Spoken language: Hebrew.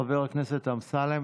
חבר הכנסת אמסלם,